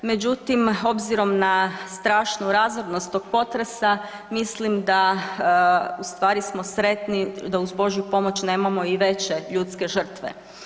Međutim, obzirom na strašnu razornost tog potresa mislim da u stvari smo sretni da uz božju pomoć nemamo i veće ljudske žrtve.